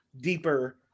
deeper